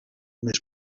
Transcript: més